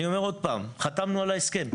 אני אומר עוד פעם חתמנו על ההסכם.